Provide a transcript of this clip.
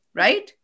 right